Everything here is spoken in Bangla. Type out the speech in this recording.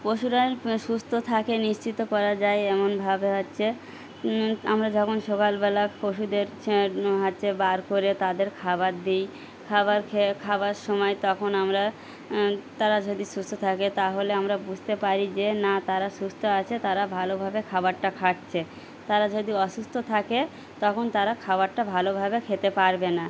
পশুরা সুস্থ থাকে নিশ্চিত করা যায় এমনভাবে হচ্ছে আমরা যখন সকালবেলা পশুদের হচ্ছে বার করে তাদের খাবার দিই খাবার খেয়ে খাওয়ার সময় তখন আমরা তারা যদি সুস্থ থাকে তাহলে আমরা বুঝতে পারি যে না তারা সুস্থ আছে তারা ভালোভাবে খাবারটা খাচ্ছে তারা যদি অসুস্থ থাকে তখন তারা খাবারটা ভালোভাবে খেতে পারবে না